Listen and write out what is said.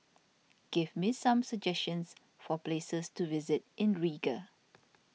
give me some suggestions for places to visit in Riga